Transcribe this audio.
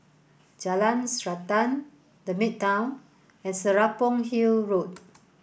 Jalan Srantan The Midtown and Serapong Hill Road